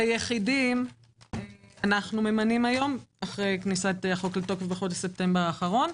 ביחידים אנחנו ממנים היום אחרי כניסת החוק לתוקף בספטמבר האחרון.